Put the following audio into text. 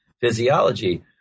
physiology